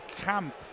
Camp